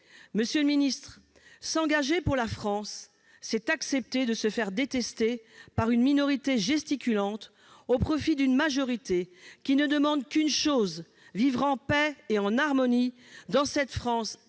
Monsieur le ministre, s'engager pour la France, c'est accepter de se faire détester par une minorité gesticulante au profit d'une majorité qui ne demande qu'une chose : vivre en paix et en harmonie dans cette France intégratrice